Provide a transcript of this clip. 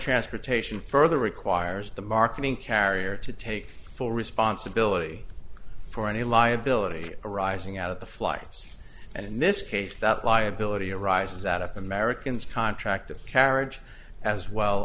transportation further requires the marketing carrier to take full responsibility for any liability arising out of the flights and this case that liability arises out of americans contract of carriage as well